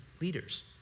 leaders